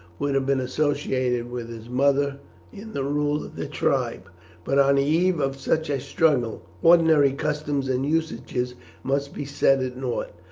would have been associated with his mother in the rule of the tribe but on the eve of such a struggle ordinary customs and usages must be set at nought.